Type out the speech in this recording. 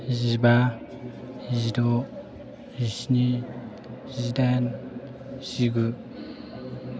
जिबा जिद' जिस्नि जिदाइन जिगु